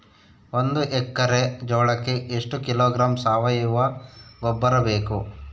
ಒಂದು ಎಕ್ಕರೆ ಜೋಳಕ್ಕೆ ಎಷ್ಟು ಕಿಲೋಗ್ರಾಂ ಸಾವಯುವ ಗೊಬ್ಬರ ಬೇಕು?